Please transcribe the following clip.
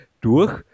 durch